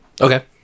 Okay